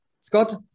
Scott